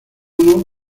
uno